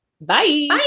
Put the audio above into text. Bye